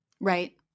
Right